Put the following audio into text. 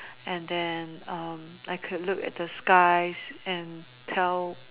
and then I could look at the skies and tell